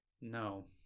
No